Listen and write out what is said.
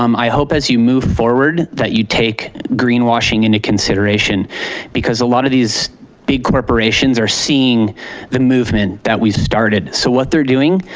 um i hope as you move forward, that you take green washing into consideration because a lot of these big corporations are seeing the movement that we started. so what they're doing,